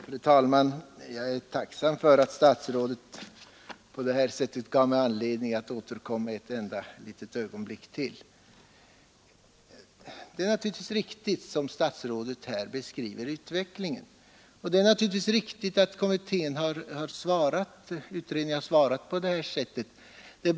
Fru talman! Jag är tacksam för att statsrådet på detta sätt gav mig anledning att återkomma ett ögonblick. Statsrådet Löfberg har beskrivit utvecklingen alldeles riktigt, och det är också riktigt att utredningen har svarat på detta sätt.